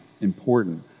important